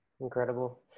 incredible